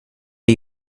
are